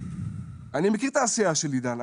אני מכיר את העשייה של עידן,